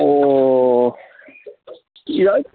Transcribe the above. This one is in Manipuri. ꯑꯣ ꯌꯥꯏ